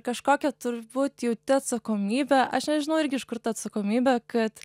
kažkokia turbūt jauti atsakomybę aš nežinau irgi iš kur ta atsakomybė kad